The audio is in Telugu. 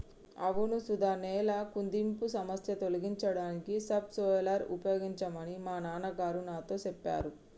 అవును సుధ నేల కుదింపు సమస్య తొలగించడానికి సబ్ సోయిలర్ ఉపయోగించమని మా నాన్న గారు నాతో సెప్పారు